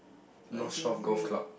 no shelf golf club